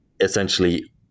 essentially